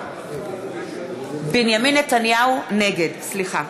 בעד ניסן סלומינסקי, נגד בצלאל